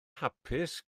hapus